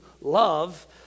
love